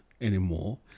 anymore